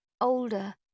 older